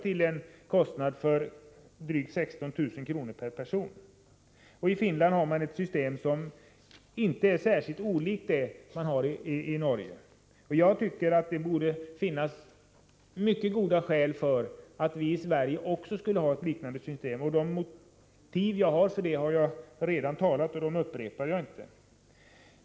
preciserad till drygt 16 000 kr. per person. I Finland har man ett system som ; inte är särskilt olikt det norska. Det borde finnas mycket goda skäl för att vi i Sverige skall ha ett liknande system. Jag har redan angivit mina motiv för det och skall inte upprepa dem.